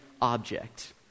object